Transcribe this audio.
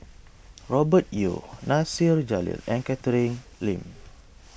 Robert Yeo Nasir Jalil and Catherine Lim